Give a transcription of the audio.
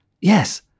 yes